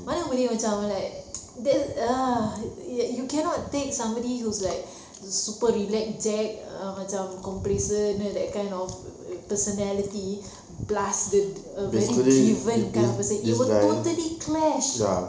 mana boleh macam like that ah ya you cannot take somebody who is super relax jack err macam complacent you know that kind of personality plus the a very driven kind of person it will totally clash